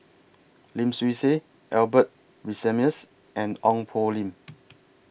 Lim Swee Say Albert Winsemius and Ong Poh Lim